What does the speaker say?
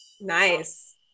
Nice